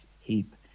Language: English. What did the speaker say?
heap